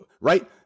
right